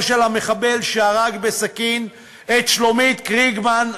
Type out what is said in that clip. של המחבל שהרג בסכין את שלומית קריגמן,